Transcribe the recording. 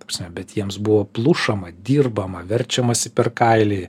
ta prasme bet jiems buvo plušama dirbama verčiamasi per kailį